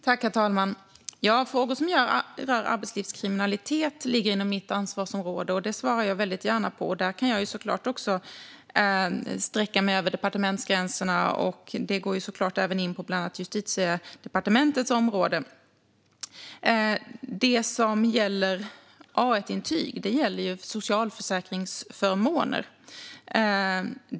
Herr talman! Frågor som rör arbetslivskriminalitet ligger inom mitt ansvarsområde, och jag svarar väldigt gärna på dem. Jag kan såklart också sträcka mig över departementsgränserna - detta går ju in på bland annat Justitiedepartementets område. Det som gäller A1-intyg handlar ju om socialförsäkringsförmåner.